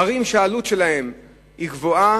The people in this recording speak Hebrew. ערים שהעלות שלהן גבוהה,